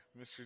mr